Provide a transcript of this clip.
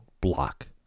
block